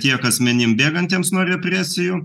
tiek asmenim bėgantiems nuo represijų